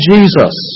Jesus